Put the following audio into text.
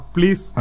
Please